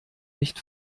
nicht